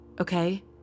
okay